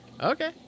Okay